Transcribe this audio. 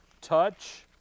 Touch